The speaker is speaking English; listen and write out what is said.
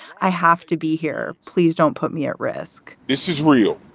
i have to be here. please don't put me at risk this is real.